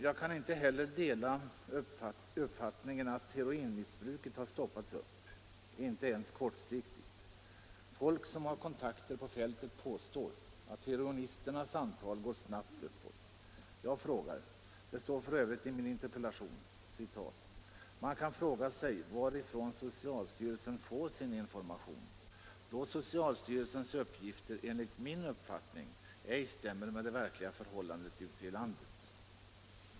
Jag kan inte heller, herr statsråd, godta uppfattningen att heroinmissbruket har stoppats upp, inte ens kortsiktigt. Människor som har kontakter ute på fältet påstår att heroinmissbrukarnas antal snabbt går uppåt. Jag säger som det står i min interpellation: ”Man kan fråga sig varifrån socialstyrelsen får sin information då socialstyrelsens uppgifter enligt min uppfattning ej stämmer med de verkliga förhållandena ute i landet.